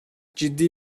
ciddi